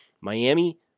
Miami